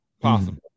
possible